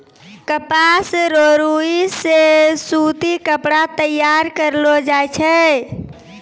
कपास रो रुई से सूती कपड़ा तैयार करलो जाय छै